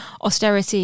austerity